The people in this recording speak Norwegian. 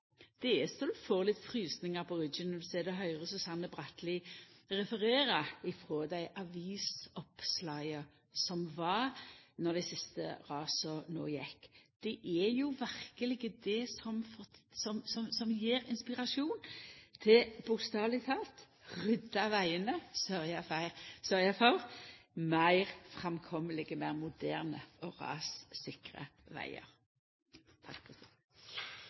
Det er så ein får litt frysningar på ryggen når ein sit og høyrer Susanne Bratli referera frå avisoppslaga frå då dei siste rasa gjekk. Det er verkeleg det som gjev inspirasjon til – bokstaveleg talt – å rydja vegane og sørgja for meir framkomelege, meir moderne og rassikre vegar.